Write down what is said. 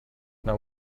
now